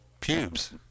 pubes